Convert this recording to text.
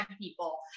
people